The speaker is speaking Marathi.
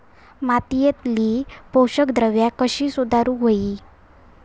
मातीयेतली पोषकद्रव्या कशी सुधारुक होई?